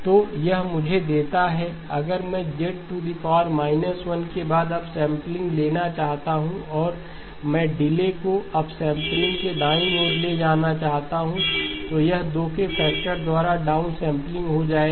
तो यह मुझे देता है अगर मैं Z 1 के बाद अपसैंपलिंग लेना चाहता हूं और मैं डिले को अपसैंपलिंग के दाईं ओर ले जाना चाहता हूं तो यह दो के फैक्टर द्वारा डाउनसैंपलिंग हो जाएगा